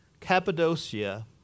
Cappadocia